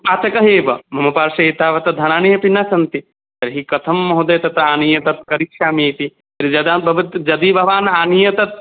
पाचकः एव मम पार्श्वे एतावत् धनानि अपि न सन्ति तर्हि कथं महोदय तत् आनीय तत् करिष्यामीति यदा भवत् यदि भवान् आनीय तत्